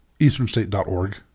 easternstate.org